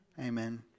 Amen